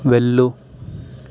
వెళ్ళు